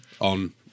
on